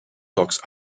toks